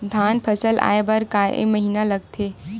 धान फसल आय बर कय महिना लगथे?